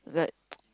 that